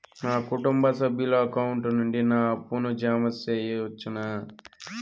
నా కుటుంబ సభ్యుల అకౌంట్ నుండి నా అప్పును జామ సెయవచ్చునా?